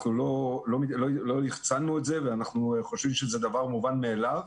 לא יחצנו את זה ואנחנו חושבים שזה דבר מובן מאליו.